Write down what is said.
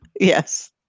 Yes